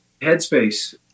headspace